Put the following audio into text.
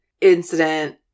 incident